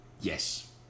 Yes